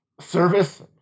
service